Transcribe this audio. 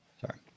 Sorry